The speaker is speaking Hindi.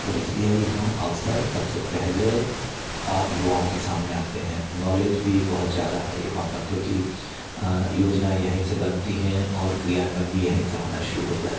और इसलिए यहाँ अवसर सबसे पहले युवाओं के सामने आते हैं नॉलेज भी बहुत ज़्यादा है यहाँ पर क्योंकि योजना यहीं से बनती हैं और क्रियान्वन भी यहीं से होना शुरू होता है